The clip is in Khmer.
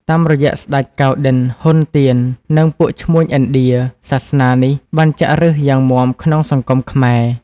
តាមរយៈស្ដេច កៅណ្ឌិន្យ (ហ៊ុន ទៀន) និងពួកឈ្មួញឥណ្ឌា សាសនានេះបានចាក់ឫសយ៉ាងមាំក្នុងសង្គមខ្មែរ។។